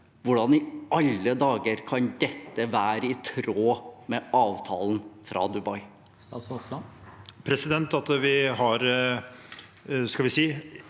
Hvordan i alle dager kan dette være i tråd med avtalen fra Dubai?